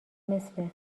مثل